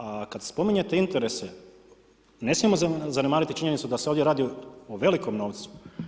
A kada spominjete interese, ne smijemo zanemariti činjenicu, da se ovdje radi o velikom novcu.